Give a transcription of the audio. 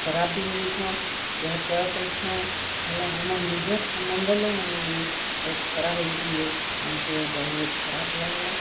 ଖରାପ୍ ବି ହେଇଯାଇଛଁ ଦେହତ୍ୟାଗ କରିଛଁ ହେଲେ ଆମର୍ ନିଜର୍ ସମ୍ୱନ୍ଧ ଲେକମାନେ ଭି ଖୁବ୍ ଖରାପ୍ ହୋଇଯାଇଛନ୍ତି ଆମକୁ ବହୁତ୍ ଖରାପ୍ ଲାଗଲା